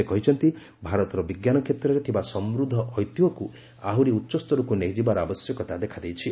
ସେ କହିଛନ୍ତି ଭାରତର ବିଜ୍ଞାନ କ୍ଷେତ୍ରରେ ଥିବା ସମୃଦ୍ଧ ଐତିହ୍ୟକୁ ଆହୁରି ଉଚ୍ଚସ୍ତରକୁ ନେଇଯିବାର ଆବଶ୍ୟକତା ଦେଖାଦେଇଛି